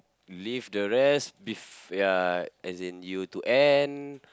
leave the rest bef~ ya as in you to end